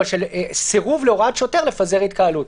סירוב להוראת שוטר לפזר התקהלות.